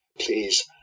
Please